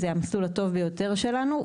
זה המסלול הטוב ביותר שלנו,